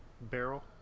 barrel